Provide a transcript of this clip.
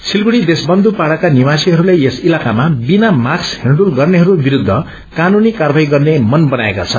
सिलगढ़ी देशबन्धु पाड़ाका निवासीहरूले यस इलाकामा बिना मास्क हिँडुडत गर्नेहरू विरूद्ध क्रनूनी कार्यवाक्षी गर्ने मन बनाएका छन्